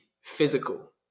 physical